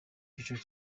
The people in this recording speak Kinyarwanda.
cyiciro